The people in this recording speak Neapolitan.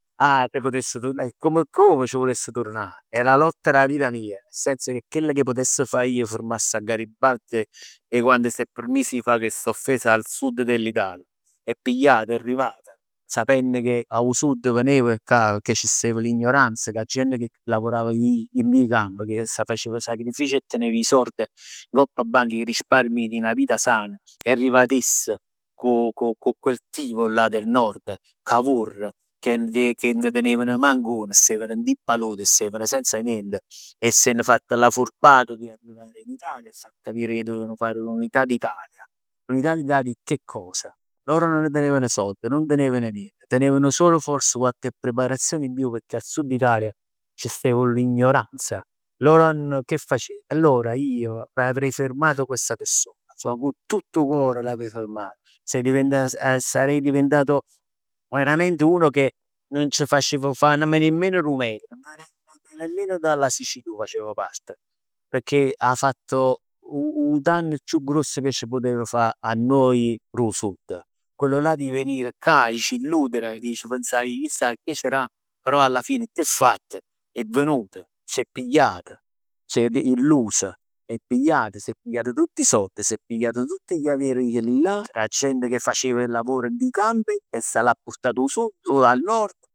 Ah s' putess turnà, e come e come c' vuless turnà, è la lotta dà vita mia. Nel senso che chell che vuless fà io, fermass 'a Garibaldi 'e quand s'è permis 'e fa quest'offesa al Sud dell'Italia. È pigliat, è arrivat, sapenn ch' 'o Sud veneva cà, che ci stev l'ignoranza, che 'a gent lavorava dint dint 'e camp. Che c' sta chi facev sacrifici e tenev 'e sord ngopp 'a banc, 'e risparmi 'e 'na vita sana. È arrivat iss cu cu cu quel tipo là del Nord, Cavour, che nun teneven manc una, steven dint 'e paludi, steven senza niente e s'hann fatt la furbata di tornare in Italia e far capire che dovevano fare l'unità d'Italia. L'unità d'Italia che cosa? Loro nun teneven sord, nun teneven nient, tenevano solo forse cocc preparazione in più pecchè al Sud Italia c' stevn l'ignoranza. Loro non, che facevano? Allora io avrei fermato questa persona, cu tutt 'o cor l'avrei fermata se sarei diventato veramente uno che nun c' facev fa nemmeno 'nu metr, ma nemmeno dalla Sicilia 'o facev part. Pecchè ha fatto 'o danno chiù gruoss cà c' putev fa a noi dò Sud. Quello là di venire cà, 'e ci illudere, 'e s' pensà a chissà che c' dà, però alla fine che è fatt? È venut, s'è pigliat, c'ha illus, è pigliat, s'è pigliat tutt 'e sord, s'è pigliat tutt gli averi chellillà dà gent ca facev 'e lavor dint 'e campi e se l'è portat 'o Sud, al Nord